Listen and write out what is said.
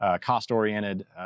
cost-oriented